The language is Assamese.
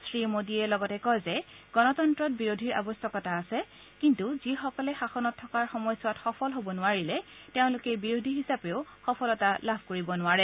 শ্ৰী মোদীয়ে লগতে কয় যে গণতন্ত্ৰত বিৰোধীৰ আৱশ্যকতা আছে কিন্তু যিসকলে শাসনত থকাৰ সময়ছোৱাত সফল হ'ব নোৱাৰিলে তেওঁলোকে বিৰোধী হিচাপেও সফলতা লাভ কৰিব নোৱাৰে